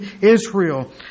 Israel